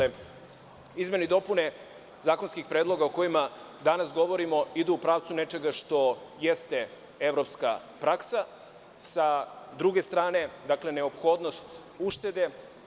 Izmene i dopune zakonskih predloga o kojima danas govorimo idu u pravcu nečega što jeste evropska praksa, s druge strane zbog neophodnosti uštede.